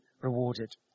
rewarded